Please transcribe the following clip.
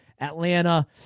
Atlanta